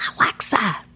Alexa